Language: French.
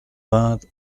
vingt